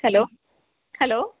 hello hello